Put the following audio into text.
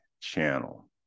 channel